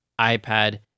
iPad